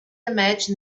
imagine